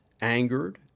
angered